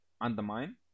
undermine